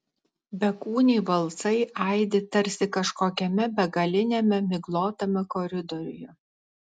bekūniai balsai aidi tarsi kažkokiame begaliniame miglotame koridoriuje